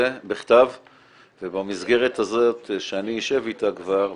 בכתב ובמסגרת הזאת שאני אשב איתה כבר,